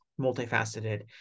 multifaceted